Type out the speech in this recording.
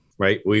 Right